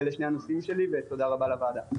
ותודה רבה לוועדה.